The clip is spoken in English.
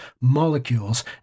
molecules